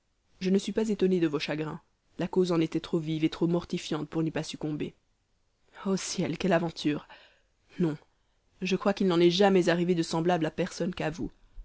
je ne suis pas étonné de vos chagrins la cause en était trop vive et trop mortifiante pour n'y pas succomber ô ciel quelle aventure non je crois qu'il n'en est jamais arrivé de semblable à personne qu'à vous